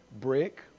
brick